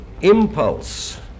impulse